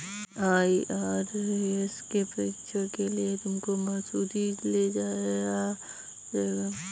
IRS के प्रशिक्षण के लिए तुमको मसूरी ले जाया जाएगा